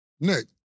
Nick